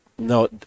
No